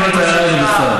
ואני חושב,